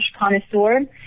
connoisseur